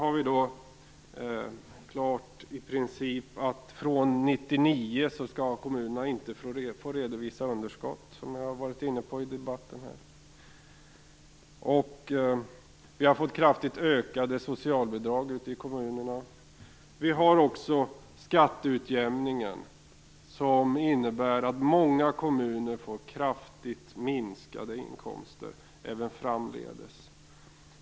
Dessutom är det nu i princip klart att kommunerna från år 1999 inte skall få redovisa underskott, vilket också har nämnts i debatten. Vi har fått kraftigt ökade socialbidrag ute i kommunerna. Vi har också skatteutjämningen, som innebär att många kommuner får kraftigt minskade inkomster även framdeles.